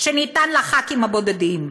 שניתן לחברי הכנסת הבודדים.